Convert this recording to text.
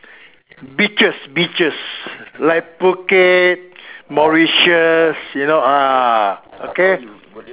beaches beaches like Phuket Mauritius you know ah okay